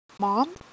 Mom